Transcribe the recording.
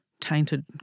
tainted